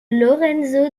lorenzo